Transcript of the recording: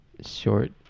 Short